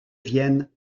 vienne